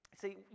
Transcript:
See